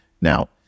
Now